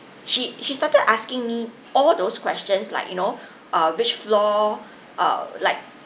she she started asking me all those questions like you know err which floor uh like